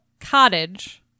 cottage